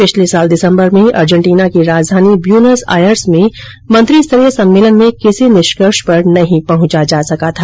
पिछले वर्ष दिसम्बर में अर्जेंटीना की राजधानी ब्यूनस आयर्स में मंत्रिस्तरीय सम्मेलन में किसी निष्कर्ष पर नहीं पहुंचा जा सका था